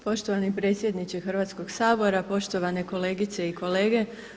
Poštovani predsjedniče Hrvatskog sabora, poštovane kolegice i kolege.